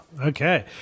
okay